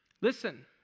Listen